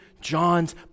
John's